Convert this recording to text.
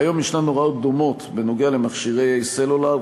כיום ישנן הוראות דומות בנוגע למכשירי סלולר,